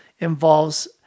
involves